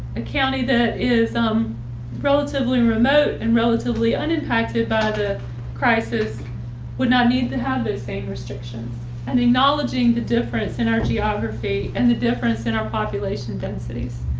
and county that is um relatively remote and relatively unimpacted by the crisis would not need to have the same restriction and acknowledging the difference in our geography and the difference in our population densities.